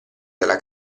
della